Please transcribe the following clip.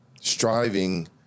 striving